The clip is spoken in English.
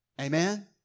Amen